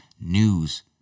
news